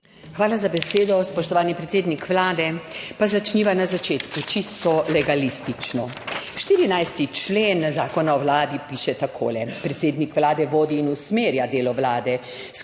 Hvala za besedo. Spoštovani predsednik Vlade. Pa začniva na začetku, čisto legalistično. 14. člen Zakona o vladi piše takole: »Predsednik vlade vodi in usmerja delo vlade,